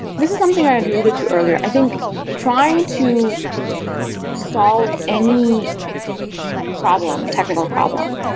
this is something i alluded to earlier. i think trying to solve any problem, technical problem,